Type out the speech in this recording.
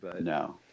No